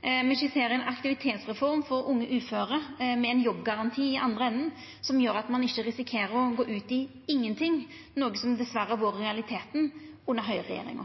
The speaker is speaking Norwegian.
Me skisserer ein aktivitetsreform for unge uføre med ein jobbgaranti i den andre enden, noko som gjer at ein ikkje risikerer å gå ut i ingenting – som dessverre har vore realiteten under Høgre-regjeringa.